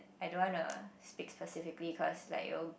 I don't wanna speak specifically cause like it will